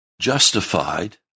justified